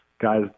guys